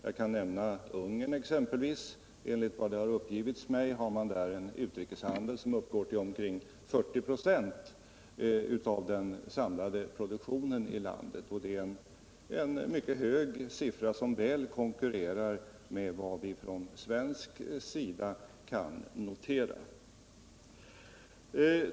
Jag kan exempelvis nämna Ungern. Enligt vad som uppgivits för mig har man där en utrikeshandel som uppgår till omkring 40 26 av den samlade produktionen i landet. Det är en hög siffra, som väl konkurrerar med vad vi från svensk sida kan notera.